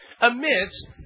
amidst